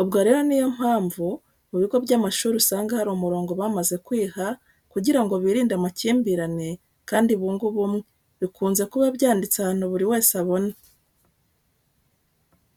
Ubwo rero niyo mpamvu mu bigo by'amashuri usanga hari umurongo bamaze kwiha kugira ngo birinde amakimbirane kandi bunge ubumwe, bikunze kuba byanditse ahantu buri wese abona.